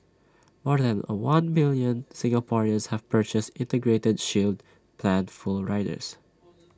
more than A one million Singaporeans have purchased integrated shield plan full riders